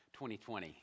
2020